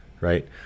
right